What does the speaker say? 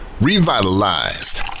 revitalized